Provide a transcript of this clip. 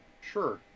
Sure